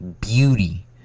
beauty